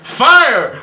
fire